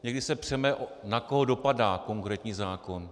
Někdy se přeme, na koho dopadá konkrétní zákon.